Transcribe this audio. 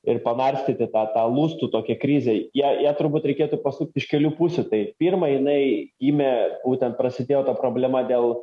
ir panarstyti tą tą lustų tokią krizę jei ją turbūt reikėtų pasukt iš kelių pusių tai pirma jinai ėmė būtent prasidėjo ta problema dėl